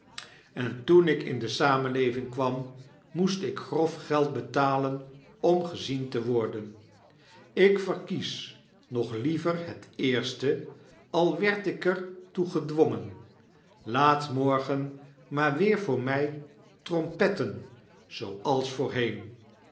en toen ik in de samenleving kwam moest ik grof geld betalen om gezien te worden ik verkies nog liever het eerste al werd ik er toe gedwongen laat morgen maar weer voor my trompetten zooals voorheen